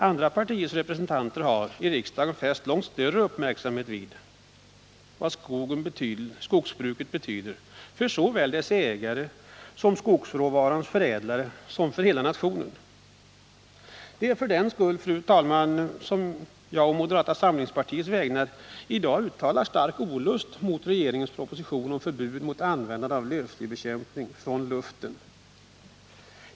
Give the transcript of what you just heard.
Andra partiers representanter har i riksdagen fäst långt större vikt vid skogsbrukets betydelse såväl för skogsägarna och skogsråvarornas förädlare som för hela nationen. Det är för den skull, fru talman, som jag å moderata samlingspartiets vägnar i dag uttalar stark olust mot regeringens proposition om förbud mot användande av lövslybekämpning från luften.